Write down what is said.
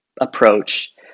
approach